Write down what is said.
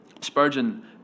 Spurgeon